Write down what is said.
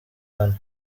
hano